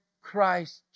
Christ